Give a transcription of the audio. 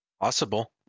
possible